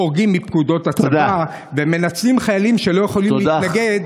חורגים מפקודות הצבא ומנצלים חיילים שלא יכולים להתנגד